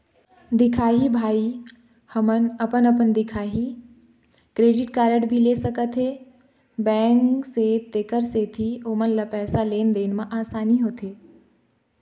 दिखाही भाई हमन अपन अपन दिखाही क्रेडिट कारड भी ले सकाथे बैंक से तेकर सेंथी ओमन ला पैसा लेन देन मा आसानी होथे?